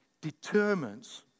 determines